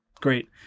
Great